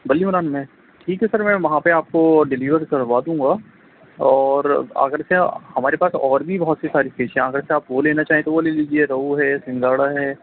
بلی ماران میں ٹھیک ہے سر میں وہاں پہ آپ کو ڈلیور کروا دوں گا اور اگرچہ ہمارے پاس اور بھی بہت سی ساری فش ہیں اگرچہ آپ وہ لینا چاہیں تو وہ لے لیجیے روہو ہے سنگھاڑا ہے